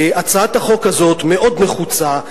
הצעת החוק הזאת מאוד נחוצה,